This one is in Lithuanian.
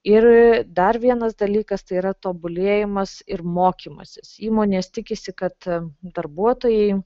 ir dar vienas dalykas tai yra tobulėjimas ir mokymasis įmonės tikisi kad darbuotojai